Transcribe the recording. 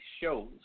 shows